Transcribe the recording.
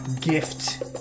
gift